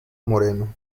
moreno